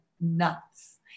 nuts